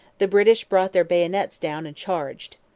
the british brought their bayonets down and charged.